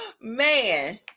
Man